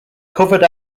covered